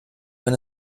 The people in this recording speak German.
wenn